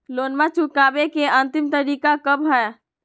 लोनमा चुकबे के अंतिम तारीख कब हय?